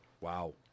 Wow